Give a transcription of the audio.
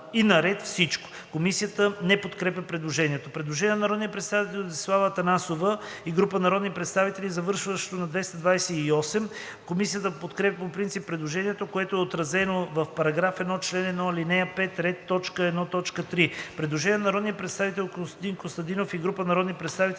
и на ред „Всичко“. Комисията не подкрепя предложението. Предложение на народния представител Десислава Атанасова и група народни представители, завършващо на 228. Комисията подкрепя по принцип предложението, което е отразено в § 1, чл. 1, ал. 5, ред 1.3. Предложение на народния представител Костадин Костадинов и група народни представители,